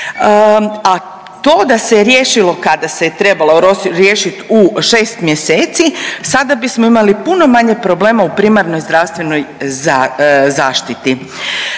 a to da se riješilo kada se trebalo riješiti, u 6 mjeseci, sada bismo imali puno manje problema u primarnoj zdravstvenoj zaštiti.